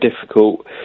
difficult